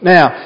Now